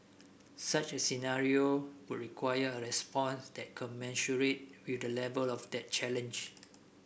such a scenario would require a response that commensurate with the level of that challenge